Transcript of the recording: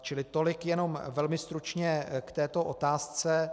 Čili tolik jenom velmi stručně k této otázce.